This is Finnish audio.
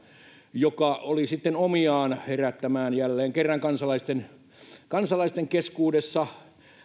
joka oli sitten omiaan herättämään jälleen kerran keskustelua kansalaisten keskuudessa